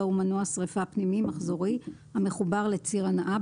הוא מנוע שריפה פנימי מחזורי המחובר לציר הנעה,